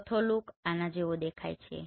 ચોથો લૂક જેવા દેખાય છે